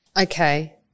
Okay